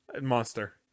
Monster